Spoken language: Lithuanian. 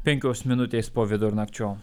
penkios minutės po vidurnakčio